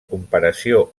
comparació